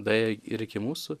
daėjo ir iki mūsų